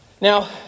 Now